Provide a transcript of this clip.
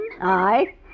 Aye